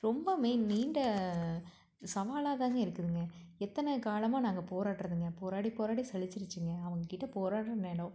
ரொம்பவுமே நீண்ட சவாலாதாங்க இருக்குதுங்க எத்தனை காலமாக நாங்கள் போராடுறதுங்க போராடி போராடி சலிச்சிடுச்சுங்க அவங்ககிட்ட போராடுற நேரம்